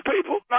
people